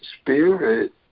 spirit